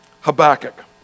Habakkuk